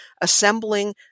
assembling